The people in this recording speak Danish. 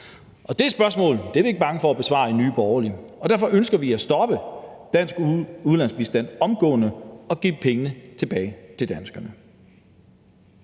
Det spørgsmål er vi ikke bange for at besvare i Nye Borgerlige, og derfor ønsker vi at stoppe dansk udviklingsbistand omgående og give pengene tilbage til danskerne.